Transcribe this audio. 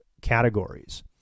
categories